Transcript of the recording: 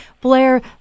Blair